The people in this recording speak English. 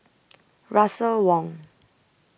Russel Wong